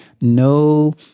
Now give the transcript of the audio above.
no